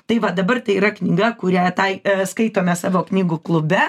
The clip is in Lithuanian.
tai va dabar tai yra knyga kurią tai skaitome savo knygų klube